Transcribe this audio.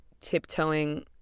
tiptoeing